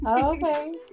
Okay